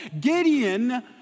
Gideon